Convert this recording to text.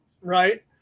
right